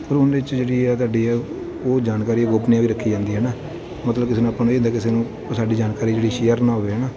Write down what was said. ਪਰ ਉਹਦੇ 'ਚ ਜਿਹੜੀ ਆ ਤੁਹਾਡੀ ਉਹ ਜਾਣਕਾਰੀ ਗੋਪਨੀਏ ਵੀ ਰੱਖੀ ਜਾਂਦੀ ਹੈ ਹੈ ਨਾ ਮਤਲਬ ਕਿਸੇ ਨੂੰ ਆਪਾਂ ਨੂੰ ਇਹ ਹੁੰਦਾ ਕਿਸੇ ਨੂੰ ਸਾਡੀ ਜਾਣਕਾਰੀ ਜਿਹੜੀ ਸ਼ੇਅਰ ਨਾ ਹੋਵੇ ਹੈ ਨਾ